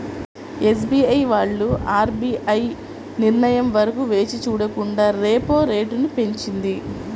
SBI వాళ్ళు RBI నిర్ణయం వరకు వేచి చూడకుండా రెపో రేటును పెంచింది